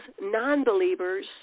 non-believer's